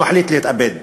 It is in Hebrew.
הוא מחליט להתאבד.